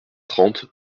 trente